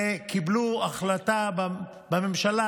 וקיבלו החלטה בממשלה,